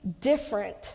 different